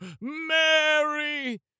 Mary